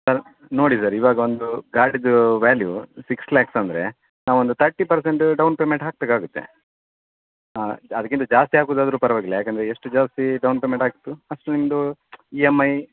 sir ನೋಡಿ sir ಇವಾಗ ಒಂದು ಗಾಡಿದೂ ವ್ಯಾಲ್ಯು ಸಿಕ್ಸ್ ಲ್ಯಾಕ್ಸ್ ಅಂದರೆ ನಾವೊಂದು ತರ್ಟಿ ಪರ್ಸೆಂಟ್ ಡೌನ್ ಪೇಮೆಂಟ್ ಹಾಕಬೇಕಾಗುತ್ತೆ ಹಾಂ ಅದಕ್ಕಿಂತ ಜಾಸ್ತಿ ಹಾಕುದು ಆದರು ಪರವಾಗಿಲ್ಲ ಯಾಕಂದರೆ ಎಷ್ಟು ಜಾಸ್ತಿ ಡೌನ್ ಪೇಮೆಂಟ್ ಹಾಕ್ತಿರೊ ಅಷ್ಟು ನಿಮ್ಮದು ಈ ಎಮ್ ಐ